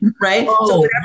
right